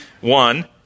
one